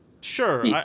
Sure